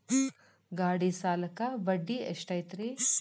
ಗಾಡಿ ಸಾಲಕ್ಕ ಬಡ್ಡಿ ಎಷ್ಟೈತ್ರಿ?